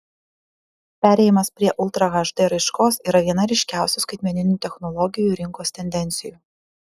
perėjimas prie ultra hd raiškos yra viena ryškiausių skaitmeninių technologijų rinkos tendencijų